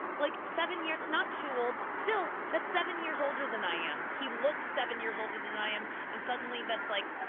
like, seven years, not too old, but still, that's seven years older than i am. he looks seven years older than i am, and suddenly that's like,